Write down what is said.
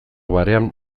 barean